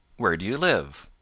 where do you live?